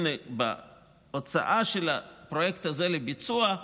בהוצאה של הפרויקט הזה לביצוע,